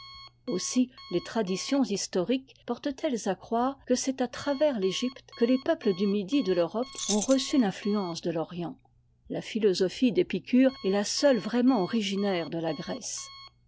aussi les traditions historiques portent elles à croire que c'est à travers t'ëgypte que les peuples du midi de l'europe ont reçu l'influence de l'orient la philosophie d'êpieure est la seule vraiment originaire de la grèce